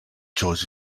choice